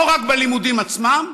לא רק בלימודים עצמם,